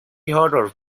horror